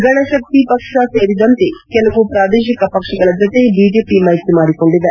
ಗಣ ಶಕ್ತಿ ಪಕ್ಷ ಸೇರಿದಂತೆ ಕೆಲವು ಪ್ರಾದೇಶಿಕ ಪಕ್ಷಗಳ ಜತೆ ಬಿಜೆಪಿ ಮೈತ್ರಿ ಮಾಡಿಕೊಂಡಿದೆ